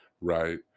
right